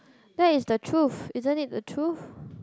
that is the truth isn't it the truth